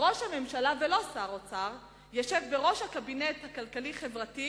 ראש הממשלה ולא שר האוצר ישב בראש הקבינט הכלכלי-חברתי